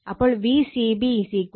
അപ്പോൾ Vcb VL ആണ്